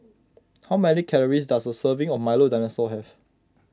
how many calories does a serving of Milo Dinosaur have